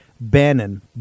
Bannon